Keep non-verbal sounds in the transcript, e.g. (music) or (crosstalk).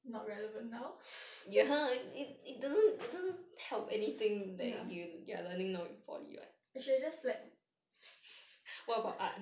not relevant now (laughs) ya I should have just slack (laughs)